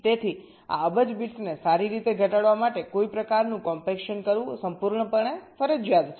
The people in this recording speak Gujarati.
તેથી આ અબજ બિટ્સને સારી રીતે ઘટાડવા માટે કોઈ પ્રકારનું કોમ્પેક્શન કરવું સંપૂર્ણપણે ફરજિયાત છે